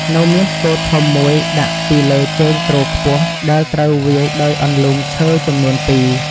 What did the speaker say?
នៅមានស្គរធំមួយដាក់ពីលើជើងទ្រខ្ពស់ ដែលត្រូវវាយដោយអន្លូងឈើចំនួនពីរ។